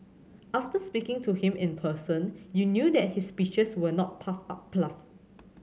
after speaking to him in person you knew that his speeches were not puffed up fluff